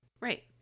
right